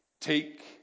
Take